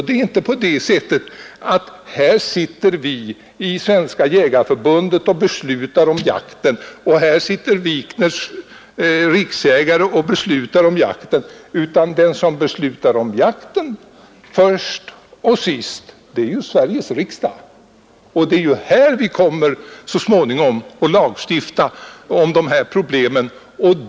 Det är ju varken vi i Svenska jägareförbundet eller herr Wikners ”riksjägare” som beslutar om jakten, utan den som beslutar om jakten är ju Sveriges riksdag. Det är här i riksdagen vi så småningom kommer att lagstifta om problemen.